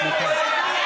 סליחה.